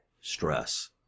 stress